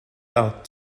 out